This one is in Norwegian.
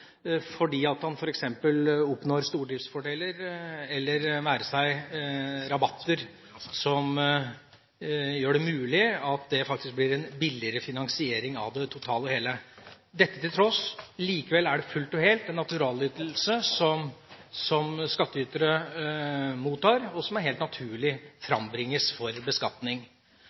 fordi han f.eks. oppnår stordriftfordeler eller rabatter som gjør at det faktisk blir en billigere finansiering totalt sett. Likevel er det fullt og helt en naturalytelse som skattytere mottar, og som helt naturlig frambringes for beskatning.